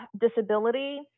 disability